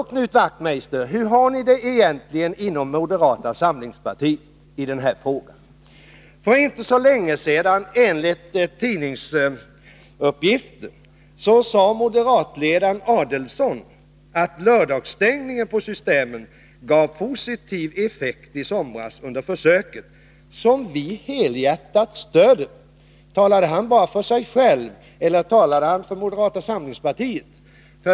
Men, Knut Wachtmeister, hur har ni det egentligen inom moderata samlingspartiet i den här frågan? För inte så länge sedan sade moderatledaren Adelsohn enligt tidningsuppgifter: Lördagsstängning på Systemet gav positiva effekter i somras under försöket, som vi helhjärtat stöder. Talade han bara för sig själv, eller talade han för moderata samlingspartiet?